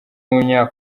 w’umunya